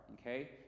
okay